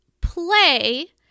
play